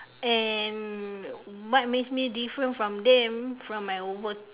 and what makes me different from them from my work